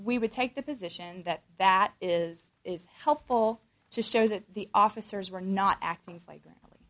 we would take the position that that is is helpful to show that the officers were not acting